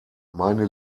meine